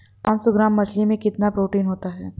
पांच सौ ग्राम मछली में कितना प्रोटीन होता है?